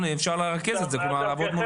אפשר לרכז את זה ולעבוד מול הסוכנות.